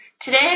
Today